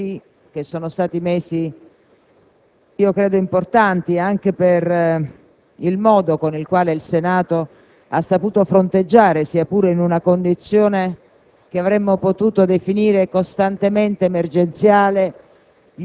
il lavoro faticoso di questi mesi, che sono stati importanti anche per il modo con il quale il Senato ha saputo fronteggiare, sia pure in una condizione